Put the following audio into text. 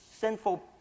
sinful